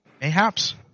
Mayhaps